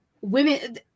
women